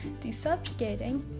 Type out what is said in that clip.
Desubjugating